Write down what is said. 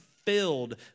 filled